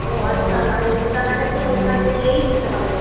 ও আচ্ছা মানে দুটাকাটা কি ওখানে গিয়েই দিতে হবে